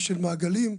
ושל מעגלים.